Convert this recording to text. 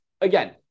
Again